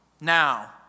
Now